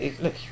Look